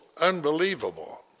Unbelievable